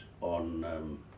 on